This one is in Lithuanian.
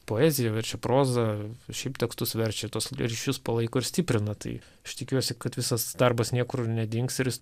poeziją verčia prozą šiaip tekstus verčia tuos ryšius palaiko ir stiprina tai aš tikiuosi kad visas darbas niekur nedings ir jis